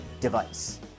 device